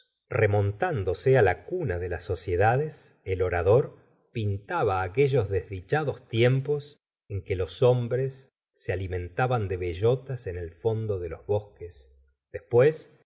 magnetismos remontándose la cuna de las sociedades el orador pintaba aquellos desdichados tiempos en que los hombres se alimentaban de bellotas en el fondo de los bosques después